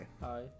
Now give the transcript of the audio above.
hi